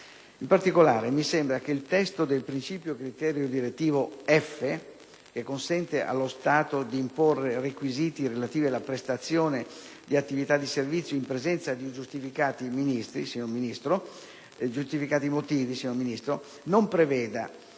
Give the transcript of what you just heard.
In particolare, mi sembra che il testo del principio e criterio direttivo *f)* dell'articolo 41, che consente allo Stato di imporre requisiti relativi alla prestazione di attività di servizi in presenza di giustificati motivi, signor